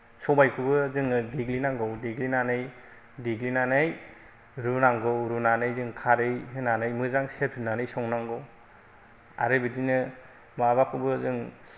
सबायखौबो जोङो देग्लिनांगौ देग्लिनानै देग्लिनानै रुनांगौ रुनानै जों खारै होनानै मोजां सेरहोनानै संनांगौ आरो बिदिनो माबाखौबो जों